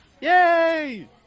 yay